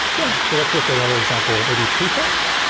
yeah. so let's look at another example, maybe prefect.